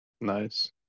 nice